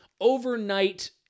overnight